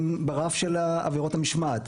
הן ברף של העבירות של המשמעת.